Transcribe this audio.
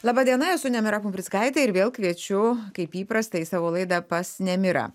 laba diena esu nemira pumprickaitė ir vėl kviečiu kaip įprasta į savo laidą pas nemirą